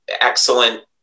excellent